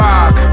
Rock